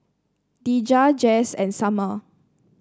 Deja Jase and Summer